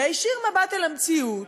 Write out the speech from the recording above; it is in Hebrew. להישיר מבט אל המציאות,